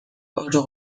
oso